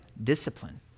discipline